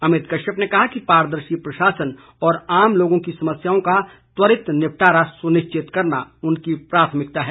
अमित कश्यप ने कहा कि पारदर्शी प्रशासन और आम लोगों की समस्याओं का त्वरित निपटारा सुनिश्चित करना उनकी प्राथमिकता है